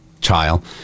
child